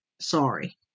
sorry